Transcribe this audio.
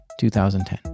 2010